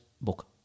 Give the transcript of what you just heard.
book